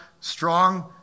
strong